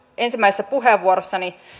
ensimmäisessä puheenvuorossani